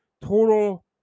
total